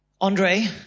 Andre